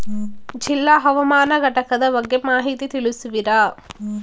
ಜಿಲ್ಲಾ ಹವಾಮಾನ ಘಟಕದ ಬಗ್ಗೆ ಮಾಹಿತಿ ತಿಳಿಸುವಿರಾ?